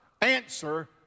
answer